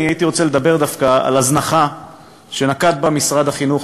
הייתי רוצה לדבר דווקא על הזנחה שנקט משרד החינוך